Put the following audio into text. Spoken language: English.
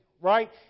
right